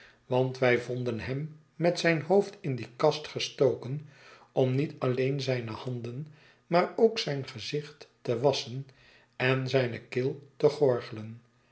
want wij vonden hem met zijn hoofd in die kast gestoken om niet alleen zijne handen maar ook zijn gezicht te wasschen en zijne keel te